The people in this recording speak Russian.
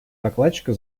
докладчика